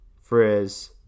Frizz